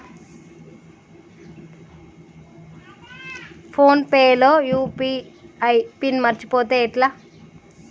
Phone pay లో UPI PIN మరచిపోతే ఎట్లా?